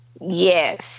Yes